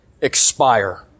expire